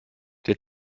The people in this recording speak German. der